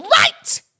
right